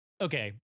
okay